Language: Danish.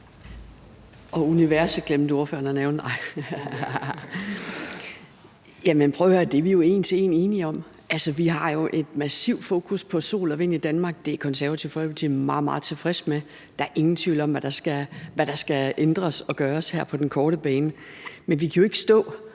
Universet glemte ordføreren at nævne. Jamen prøv at høre, det er vi jo en til en enige om. Altså, vi har jo et massivt fokus på sol- og vindenergi i Danmark, og det er Det Konservative Folkeparti meget, meget tilfredse med. Der er ingen tvivl om, hvad der skal ændres og gøres her på den korte bane. Men vi kan jo ikke stå